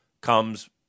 comes